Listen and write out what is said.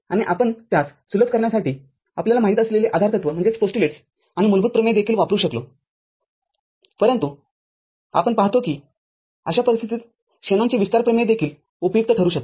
आणि आपण त्यास सुलभ करण्यासाठी आपल्याला माहित असलेलेआधारतत्व आणि मूलभूत प्रमेय देखील वापरू शकलो असतोपरंतु आपण पाहतो की अशा परिस्थितीत शेनॉनचे विस्तार प्रमेय देखील उपयुक्त ठरू शकते